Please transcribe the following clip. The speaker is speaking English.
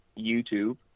YouTube